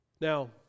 Now